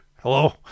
Hello